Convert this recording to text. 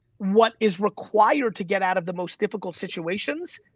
what is required, to get out of the most difficult situations,